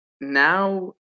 now